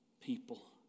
people